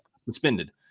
suspended